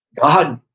god,